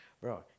Bro